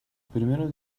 primeros